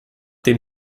dem